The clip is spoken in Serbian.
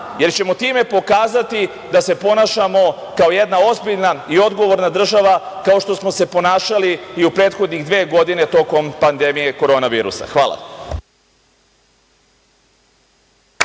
jer ćemo time pokazati da se ponašamo kao jedna ozbiljna i odgovorna država, kao što smo se ponašali i u prethodnih dve godine tokom pandemije korona virusa. Hvala.